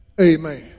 Amen